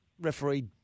Referee